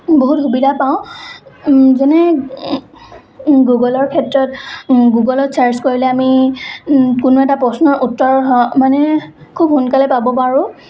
বহুত সুবিধা পাওঁ যেনে গুগলৰ ক্ষেত্ৰত গুগলত চাৰ্ছ কৰিলে আমি কোনো এটা প্ৰশ্নৰ উত্তৰ মানে খুব সোনকালে পাব পাৰোঁ